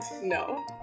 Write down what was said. No